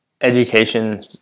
education